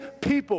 people